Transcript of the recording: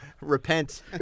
Repent